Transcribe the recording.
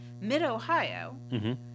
Mid-Ohio